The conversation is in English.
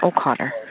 O'Connor